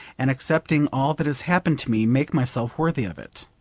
and, accepting all that has happened to me, make myself worthy of it.